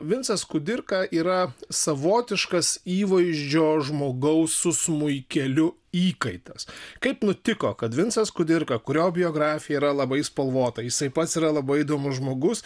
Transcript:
vincas kudirka yra savotiškas įvaizdžio žmogaus su smuikeliu įkaitas kaip nutiko kad vincas kudirka kurio biografija yra labai spalvota jisai pats yra labai įdomus žmogus